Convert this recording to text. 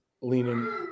leaning